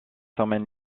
emmène